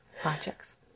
projects